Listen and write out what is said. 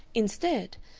instead,